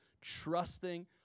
trusting